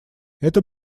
это